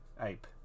ape